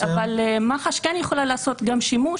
-- אבל מח"ש כן יכולה לעשות גם שימוש,